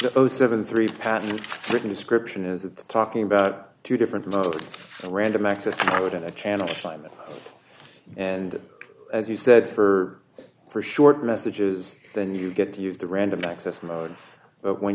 those seventy three pattern written description is talking about two different random access code in a channel climate and as you said for for short messages then you get to use the random access mode but when